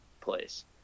place